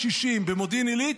60. במודיעין עילית,